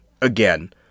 again